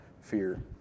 fear